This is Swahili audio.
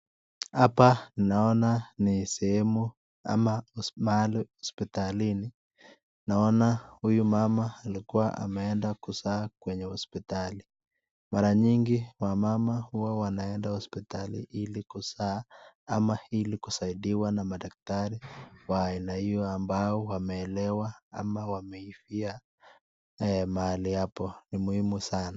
Hapa naona ni mahali ama sehemu hospitalini, naona huyu mama alikuwa ameenda kuzaaa kwenye hospitali, mara nyingi wamama hua wanaenda hosptali ilikuzaa ama ili kusaidiwa na madaktari wa aina hio ambao wanelewa ama wameivia mahali hapo ni muhimu sana.